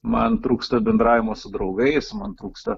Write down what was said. man trūksta bendravimo su draugais man trūksta